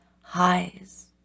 highs